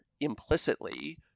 implicitly